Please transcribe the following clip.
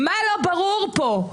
מה לא ברור פה?